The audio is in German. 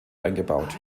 eingebaut